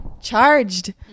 Charged